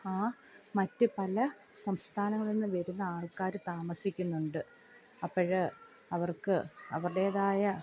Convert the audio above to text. ആ മറ്റ് പല സംസ്ഥാനങ്ങളിൽ നിന്നും വരുന്ന ആൾക്കാർ താമസിക്കുന്നുണ്ട് അപ്പോൾ അവർക്ക് അവരുടേതായ